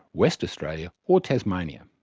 west australia or tasmania.